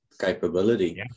capability